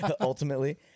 ultimately